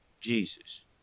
Jesus